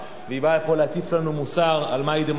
והיא באה פה להטיף לנו מוסר על מהי דמוקרטיה,